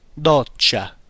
Doccia